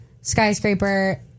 Skyscraper